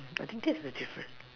I think that's the difference